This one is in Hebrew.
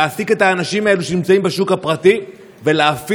להעסיק את האנשים האלה שנמצאים בשוק הפרטי ולהפעיל